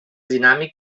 dinàmic